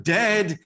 dead